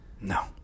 No